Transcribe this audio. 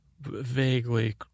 Vaguely